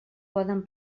poden